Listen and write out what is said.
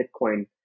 Bitcoin